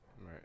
Right